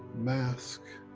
mask,